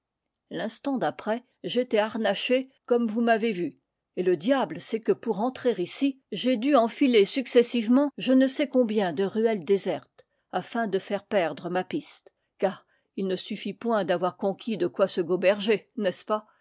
l'instant d'après j'étais harnaché comme vous m'avez vu et le diable c'est que pour rentrer ici j'ai dû enfiler successivement je ne sais combien de ruelles désertes afin de faire perdre ma piste car il ne suffit point d'avoir con quis de quoi se goberger n'est-ce pas